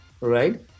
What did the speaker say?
right